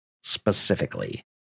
specifically